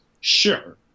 Sure